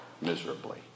miserably